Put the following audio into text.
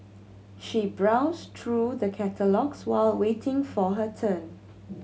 she browsed through the catalogues while waiting for her turn